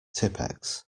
tippex